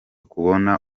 kubona